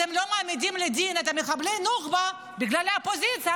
אתם לא מעמידים לדין את מחבלי הנוח'בה בגלל האופוזיציה,